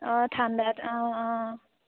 অঁ ঠাণ্ডাত অঁ অঁ